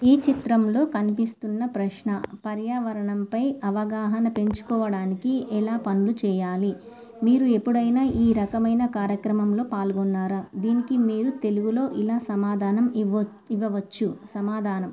ఈ చిత్రంలో కనిపిస్తున్న ప్రశ్న పర్యావరణంపై అవగాహన పెంచుకోవడానికి ఎలా పనులు చేయాలి మీరు ఎప్పుడైనా ఈ రకమైన కార్యక్రమంలో పాల్గొన్నారా దీనికి మీరు తెలుగులో ఇలా సమాధానం ఇవ్వ ఇవ్వవచ్చు సమాధానం